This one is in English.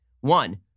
one